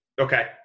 Okay